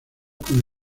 con